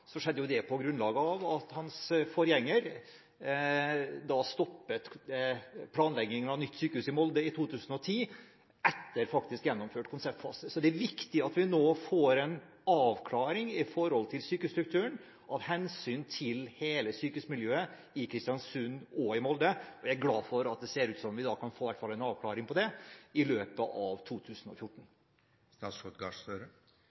hans forgjenger stoppet planleggingen av nytt sykehus i Molde i 2010 – etter faktisk gjennomført konseptfase. Så det er viktig at vi nå får en avklaring når det gjelder sykehusstrukturen av hensyn til hele sykehusmiljøet i Kristiansund og i Molde, og jeg er glad for at det ser ut til at vi kan få en avklaring på det i løpet av